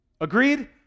Agreed